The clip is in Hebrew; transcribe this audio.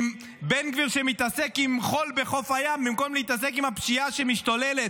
עם בן גביר שמתעסק עם חול בחוף הים במקום להתעסק עם הפשיעה שמשתוללת,